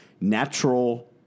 Natural